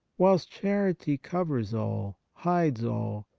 whilst charity covers all, hides all,